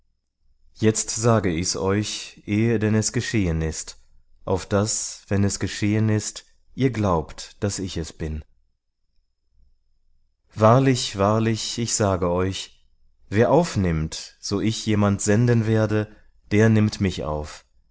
jetzt sage ich's euch ehe denn es geschieht auf daß wenn es geschehen ist ihr glaubt daß ich es bin wahrlich wahrlich ich sage euch wer aufnimmt so ich jemand senden werde der nimmt mich auf